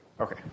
Okay